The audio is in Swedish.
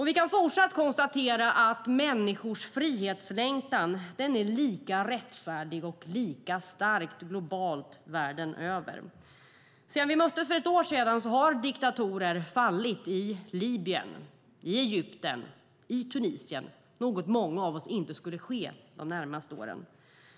Vi kan fortsatt konstatera att människors frihetslängtan är lika rättfärdig och lika stark världen över. Sedan vi möttes för ett år sedan har diktatorer fallit i Libyen, Egypten och Tunisien. Det var något många av oss inte trodde skulle ske de närmaste åren.